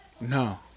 No